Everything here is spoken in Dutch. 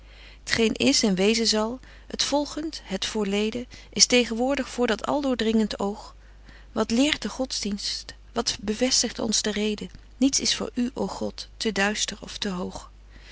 geen is en wezen zal het volgent het voorleden is tegenwoordig voor dat al doordringent oog wat leert de godsdienst wat bevestigt ons de reden niets is voor u ô g o d te duister of te hoog